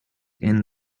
end